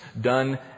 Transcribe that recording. done